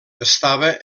estava